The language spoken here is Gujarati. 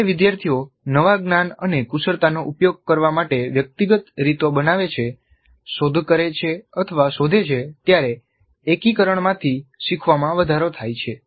જ્યારે વિદ્યાર્થીઓ નવા જ્ઞાન અને કુશળતાનો ઉપયોગ કરવા માટે વ્યક્તિગત રીતો બનાવે છે શોધ કરે છે અથવા શોધે છે ત્યારે એકીકરણમાંથી શીખવામાં વધારો થાય છે